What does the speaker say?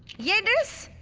yeah this